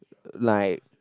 like